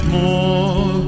more